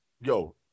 Yo